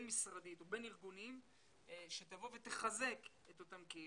משרדית או בין ארגונים שתחזק את אותן קהילות.